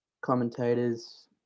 commentators